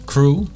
Crew